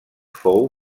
fou